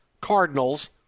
Cardinals